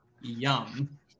Yum